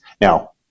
Now